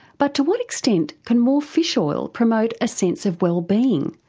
but to what extent can more fish oil promote a sense of wellbeing,